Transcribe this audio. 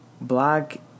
black